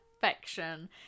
perfection